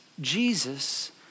Jesus